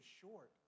short